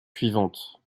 suivantes